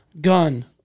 gun